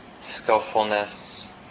skillfulness